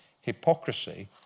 hypocrisy